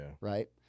right